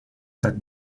tak